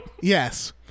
Yes